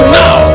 now